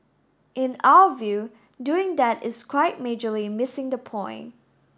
in our view doing that is quite majorly missing the point